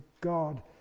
God